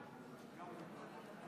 43,